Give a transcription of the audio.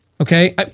okay